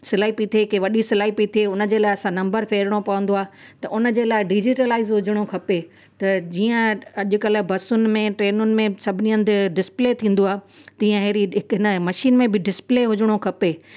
सिलाई पई थिए की वॾी सिलाई पई थिए उनजे लाइ असां नम्बर फेरिणो पवंदो आहे त उनजे लाइ डिज़ीटलाइज हुजणो खपे त जीअं अॼु कल्ह बसुनि में ट्रेनियुनि में सभिनी हंधु डिसप्ले थींदो आहे तहिड़ी हीअं हिकु मशीन में डिसप्ले हुजणो खपे